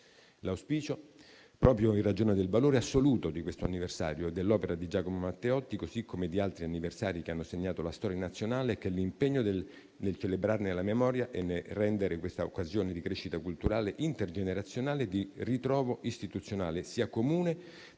L'auspicio, proprio in ragione del valore assoluto di questo anniversario e dell'opera di Giacomo Matteotti, così come di altri anniversari che hanno segnato la storia nazionale, è che l'impegno nel celebrarne la memoria e nel rendere questa occasione di crescita culturale intergenerazionale e di ritrovo istituzionale sia comune